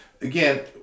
again